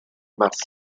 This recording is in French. marcel